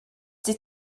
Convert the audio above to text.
die